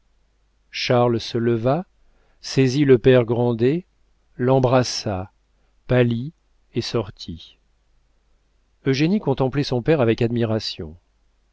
charles se leva saisit le père grandet l'embrassa pâlit et sortit eugénie contemplait son père avec admiration